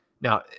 Now